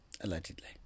Allegedly